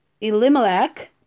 Elimelech